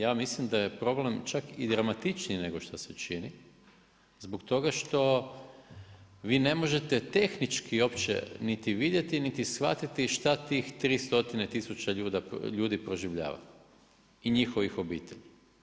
Ja mislim da je problem čak i dramatičniji nego što se čini zbog toga što vi ne možete tehnički uopće niti vidjeti niti shvatiti šta tih 300 tisuća ljudi proživljava i njihovih obitelji.